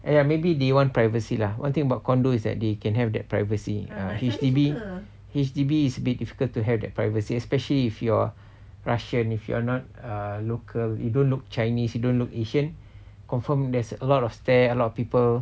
ya maybe they want privacy lah one thing about condo is that they can have their privacy err H_D_B H_D_B is a bit difficult to have that privacy especially if you're russian and if you're not a local you don't look chinese you don't look asian confirmed there's a lot of stare a lot of people